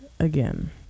again